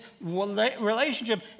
relationship